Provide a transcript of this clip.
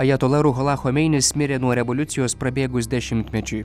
ajatola ruhola chomeinis mirė nuo revoliucijos prabėgus dešimtmečiui